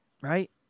Right